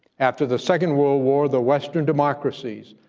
after the second world war, the western democracies,